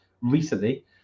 recently